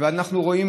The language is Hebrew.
אנחנו רואים